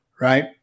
right